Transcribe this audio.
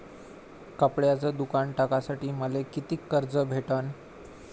कपड्याचं दुकान टाकासाठी मले कितीक कर्ज भेटन?